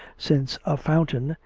since a fountain,